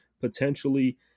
potentially